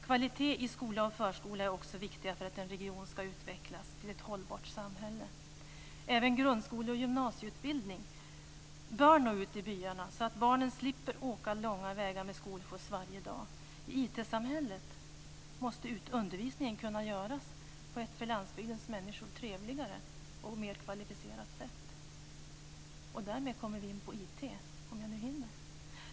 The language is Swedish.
Kvalitet i förskola och skola är också viktig för att en region ska utvecklas till ett hållbart samhälle. Även grundskole och gymnasieundervisning bör nå ut i byarna, så att barnen slipper åka långa vägar med skolskjuts varje dag. I IT-samhället måste undervisningen kunna göras på ett för landsbygdens människor trevligare och mer kvalificerat sätt. Därmed kommer vi in på IT.